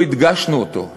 לא הדגשנו אותו,